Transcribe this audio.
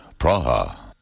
Praha